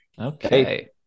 Okay